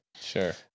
Sure